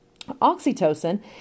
Oxytocin